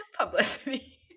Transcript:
Publicity